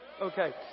Okay